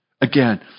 Again